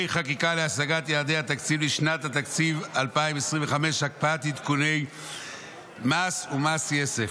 חקיקה להשגת יעדי התקציב לשנת התקציב 2025) (הקפאת עדכוני מס ומס יסף),